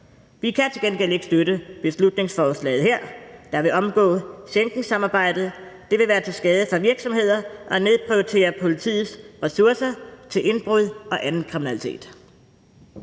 Vi kan til gengæld ikke støtte beslutningsforslaget her, der vil omgå Schengensamarbejdet. Det vil være til skade for virksomheder, og det vil nedprioritere politiets ressourcer til indbrud og anden kriminalitet.